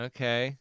Okay